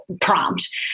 prompt